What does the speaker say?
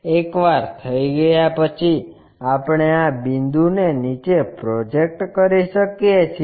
એકવાર થઈ ગયા પછી આપણે આ બિંદુને નીચે પ્રોજેક્ટ કરી શકીએ છીએ